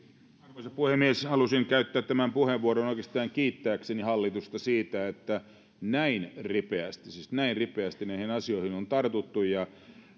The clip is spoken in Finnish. arvoisa puhemies halusin käyttää tämän puheenvuoron oikeastaan kiittääkseni hallitusta siitä että näin ripeästi siis näin ripeästi näihin asioihin on tartuttu ja